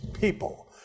people